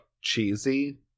cheesy